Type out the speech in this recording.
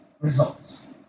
results